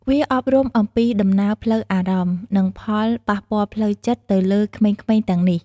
វាអប់រំអំពីដំណើរផ្លូវអារម្មណ៍ និងផលប៉ះពាល់ផ្លូវចិត្តទៅលើក្មេងៗទាំងនេះ។